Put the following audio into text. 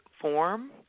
form